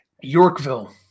Yorkville